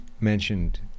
mentioned